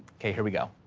okay, here we go.